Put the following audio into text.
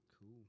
Cool